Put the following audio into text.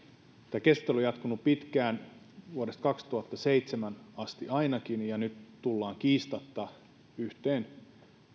tämä keskustelu on jatkunut pitkään vuodesta kaksituhattaseitsemän asti ainakin ja nyt tullaan kiistatta yhteen